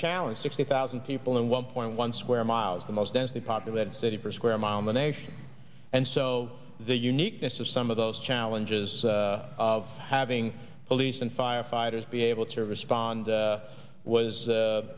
challenge sixty thousand people and one point one square miles the most densely populated city for square mile in the nation and so the uniqueness of some of those challenges of having police and firefighters be able to respond was